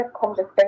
conversation